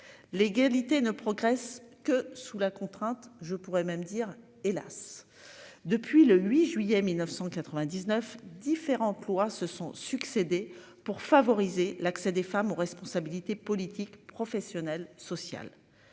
L'égalité ne progresse que sous la contrainte. Je pourrais même dire hélas depuis le 8 juillet 1999 différents quoi se sont succédé pour favoriser l'accès des femmes aux responsabilités politiques, professionnelles, sociales.